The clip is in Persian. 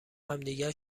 همدیگر